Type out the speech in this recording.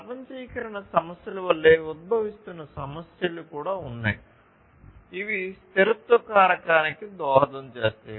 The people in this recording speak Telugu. ప్రపంచీకరణ సమస్యల వలె ఉద్భవిస్తున్న సమస్యలు కూడా ఉన్నాయి ఇవి స్థిరత్వ కారకానికి దోహదం చేస్తాయి